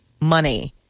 money